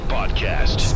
Podcast